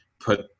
put